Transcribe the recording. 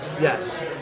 Yes